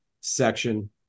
Section